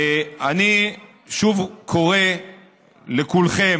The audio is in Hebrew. אני שוב קורא לכולכם.